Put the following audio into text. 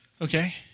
Okay